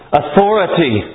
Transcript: authority